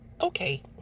Okay